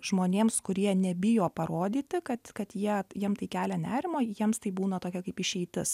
žmonėms kurie nebijo parodyti kad kad jie jiem tai kelia nerimą jiems tai būna tokia kaip išeitis